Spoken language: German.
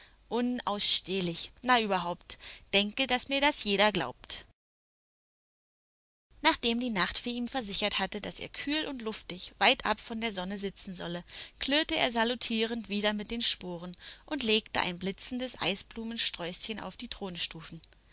unausstehlich na überhaupt denke daß mir das jeder glaubt nachdem die nachtfee ihm versichert hatte daß er kühl und luftig weit ab von der sonne sitzen solle klirrte er salutierend wieder mit den sporen und legte ein blitzendes eisblumensträußchen auf die